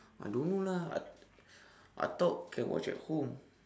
I don't know lah I t~ I thought can watch at home